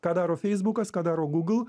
ką daro feisbukas ką daro google